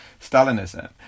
Stalinism